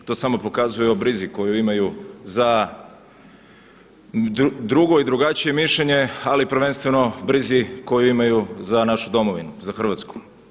To samo pokazuju o brizi koju imaju za drugo i drugačije mišljenje, ali prvenstveno brizi koju imaju za našu domovinu, za Hrvatsku.